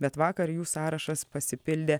bet vakar jų sąrašas pasipildė